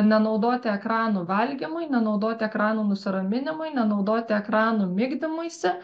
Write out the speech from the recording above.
nenaudoti ekranų valgymui nenaudoti ekranų nusiraminimui nenaudoti ekranų migdymuisi